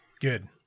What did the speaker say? Good